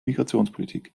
migrationspolitik